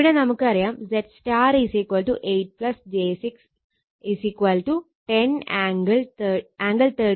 ഇവിടെ നമുക്കറിയാം ZY 8 j 6 10 angle 36